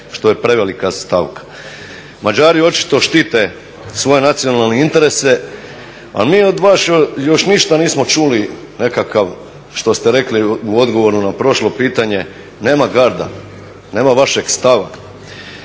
što je prevelika stavka. Mađari očito štite svoje nacionalne interese a mi od vas još ništa nismo čuli, nekakav što ste rekli u odgovoru na prošlo pitanje, nema garda, nema vašeg stava.